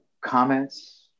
comments